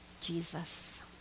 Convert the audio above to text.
Jesus